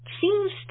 seems